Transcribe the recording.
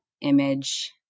image